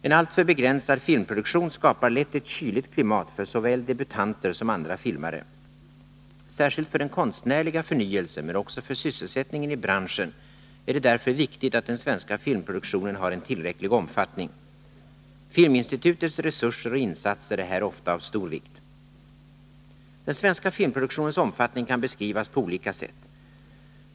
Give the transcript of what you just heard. En alltför begränsad filmproduktion skapar lätt ett kyligt klimat för såväl debutanter som andra filmare. Särskilt för den konstnärliga förnyelsen men också för sysselsättningen i branschen är det därför viktigt att den svenska filmproduktionen har en tillräcklig omfattning. Filminstitutets resurser och insatser är här ofta av stor vikt. Den svenska filmproduktionens omfattning kan beskrivas på olika sätt.